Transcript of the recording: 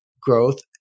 growth